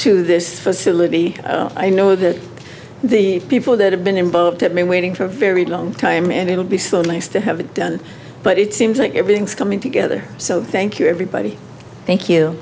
to this facility i know that the people that have been involved at me waiting for a very long time and it will be so nice to have it done but it seems like everything's coming together so thank you everybody thank you